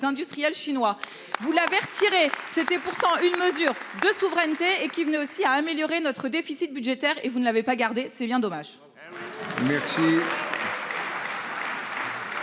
industriels chinois. Vous l'avez retirée. C'était pourtant une mesure de souveraineté et qui venaient aussi à améliorer notre déficit budgétaire et vous ne l'avez pas gardé. C'est bien dommage.